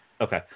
Okay